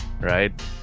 right